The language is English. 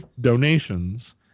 donations